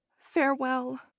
Farewell